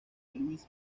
luis